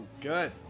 Good